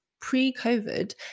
pre-COVID